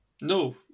No